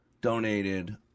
donated